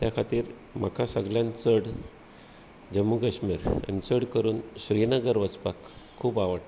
त्या खातीर म्हाका सगळ्यांत चड जम्मू काश्मीर आनी चड करून श्रीनगर वचपाक खूब आवडटा